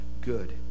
good